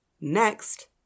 next